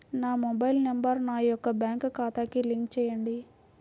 నా mobile number నా యొక్క బ్యాంక్ ఖాతాకి లింక్ చేయండీ?